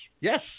Yes